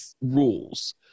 rules